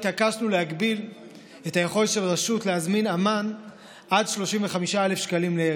התעקשנו להגביל את היכולת של רשות להזמין אומן לעד 35,000 שקלים לערב.